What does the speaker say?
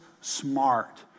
smart